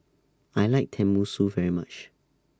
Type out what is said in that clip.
I like Tenmusu very much